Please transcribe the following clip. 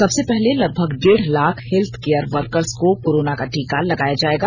सबसे पहले लगभग डेढ़ लाख हेल्थ केयर वर्कर्स का कोरोना का टीका लगाया जाएगा